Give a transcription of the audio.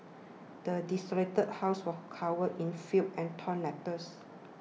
the desolated house was covered in filth and torn letters